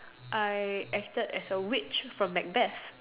I acted as a witch from Macbeth